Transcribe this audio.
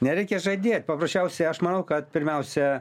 nereikia žadėt paprasčiausiai aš manau kad pirmiausia